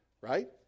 Right